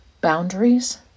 boundaries